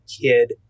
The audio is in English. kid